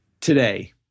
today